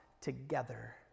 together